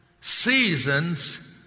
seasons